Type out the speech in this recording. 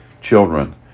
children